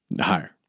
Higher